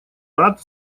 рад